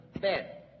bed